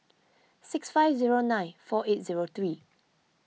six five zero nine four eight zero three